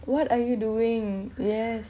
what are you doing yes